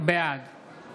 בעד